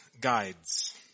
guides